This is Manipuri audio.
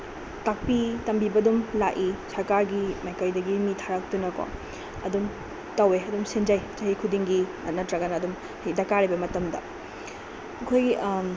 ꯇꯥꯛꯄꯤ ꯇꯝꯕꯤꯕ ꯑꯗꯨꯝ ꯂꯥꯛꯏ ꯁꯔꯀꯥꯔꯒꯤ ꯃꯥꯏꯀꯩꯗꯒꯤ ꯃꯤ ꯊꯥꯔꯛꯇꯨꯅ ꯀꯣ ꯑꯗꯨꯝ ꯇꯧꯋꯦ ꯑꯗꯨꯝ ꯁꯤꯟꯖꯩ ꯆꯍꯤ ꯈꯨꯗꯤꯡꯒꯤ ꯅꯠꯇ꯭ꯔꯒꯅ ꯑꯗꯨꯝ ꯗꯔꯀꯥꯔ ꯂꯩꯕ ꯃꯇꯝꯗ ꯑꯩꯈꯣꯏꯒꯤ